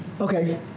Okay